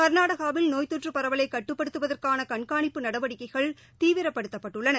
கர்நாடகாவில் நோய் தொற்றுப் பரவலைகட்டுப்படுத்துவதற்கானகண்கானிப்பு நடவடிக்கைகள் தீவிரப்படுத்தப்பட்டுள்ளன